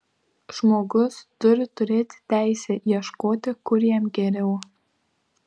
žmogus turi turėti teisę ieškoti kur jam geriau